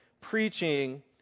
preaching